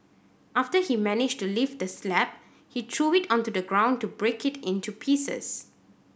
after he managed to lift the slab he threw it onto the ground to break it into pieces